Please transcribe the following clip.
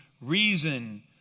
reason